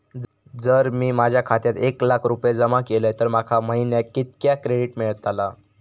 जर मी माझ्या खात्यात एक लाख रुपये जमा केलय तर माका महिन्याक कितक्या क्रेडिट मेलतला?